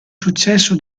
successo